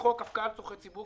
בחוק הפקעה לצרכי ציבור,